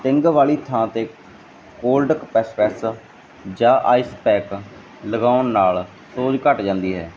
sting ਵਾਲੀ ਥਾਂ ਤੇ ਹੋਲਡ ਕਪੈਸਰੈਸ ਜਾਂ ਆਈਸੈਕ ਲਗਾਉਣ ਨਾਲ ਸੋਜ ਘੱਟ ਜਾਂਦੀ ਹੈ